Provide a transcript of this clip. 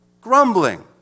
grumbling